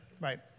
Right